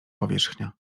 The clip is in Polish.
powierzchnia